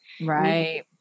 right